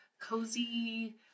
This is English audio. cozy